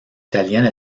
italienne